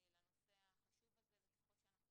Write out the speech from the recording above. לנושא החשוב הזה, וככל שאנחנו